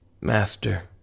Master